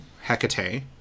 hecate